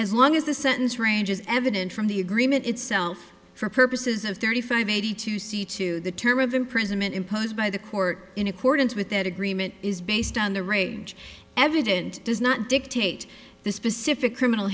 as long as the sentence range is evident from the agreement itself for purposes of thirty five eighty two c to the term of imprisonment imposed by the court in accordance with that agreement is based on the range evident does not dictate the specific criminal